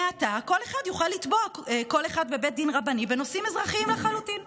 מעתה כל אחד יוכל לתבוע כל אחד בבית דין רבני בנושאים אזרחיים לחלוטין.